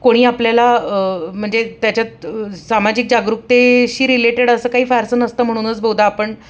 कोणी आपल्याला म्हणजे त्याच्यात सामाजिक जागरूकतेशी रिलेटेड असं काही फारसं नसतं म्हणूनच बहुधा आपण